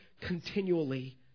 continually